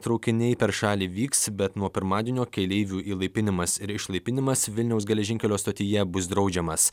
traukiniai per šalį vyks bet nuo pirmadienio keleivių įlaipinimas ir išlaipinimas vilniaus geležinkelio stotyje bus draudžiamas